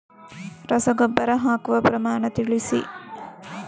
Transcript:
ರಸಗೊಬ್ಬರ ಹಾಕುವ ಪ್ರಮಾಣ ತಿಳಿಸಿ